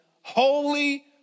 holy